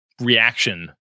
reaction